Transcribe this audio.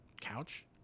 couch